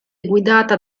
guidata